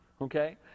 okay